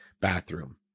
bathroom